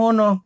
no